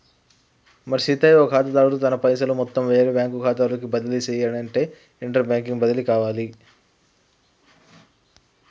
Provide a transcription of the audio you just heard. మరి సీనయ్య ఓ ఖాతాదారుడు తన పైసలను మొత్తం వేరే బ్యాంకు ఖాతాలోకి బదిలీ సెయ్యనఅంటే ఇంటర్ బ్యాంక్ బదిలి కావాలి